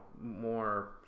more